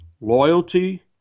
loyalty